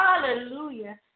Hallelujah